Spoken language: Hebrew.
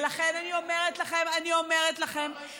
לכן אני אומרת לכם, למה השארת אותנו בשעה הזאת?